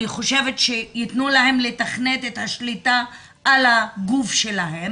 אני חושבת שיתנו להם לתכנת את השליטה על הגוף שלהם.